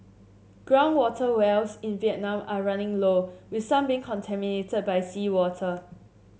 ground water wells in Vietnam are running low with some being contaminated by seawater